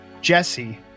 Jesse